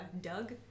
Doug